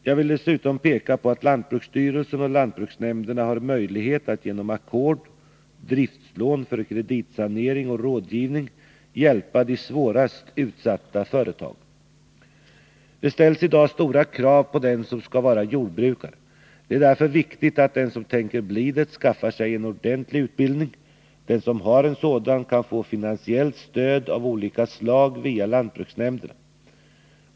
Jag vill dessutom peka på att lantbruksstyrelsen och lantbruksnämnderna har möjlighet att genom ackord, driftlån för kreditsanering och rådgivning hjälpa de svårast utsatta företagen. Det ställs i dag stora krav på den som skall vara jordbrukare. Det är därför viktigt att den som tänker bli det skaffar sig en ordentlig utbildning. Den som har en sådan kan få finansiellt stöd av olika slag via lantbruksnämnderna.